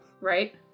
Right